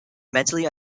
mentally